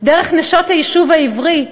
דרך נשות היישוב העברי,